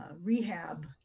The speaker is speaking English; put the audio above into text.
Rehab